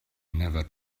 never